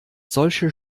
solche